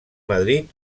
madrid